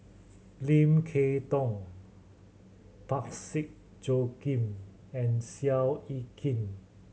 Lim Kay Tong Parsick Joaquim and Seow Yit Kin